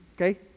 okay